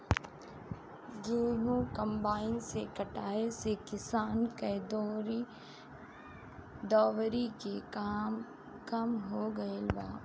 गेंहू कम्पाईन से कटाए से किसान के दौवरी के काम कम हो गईल बा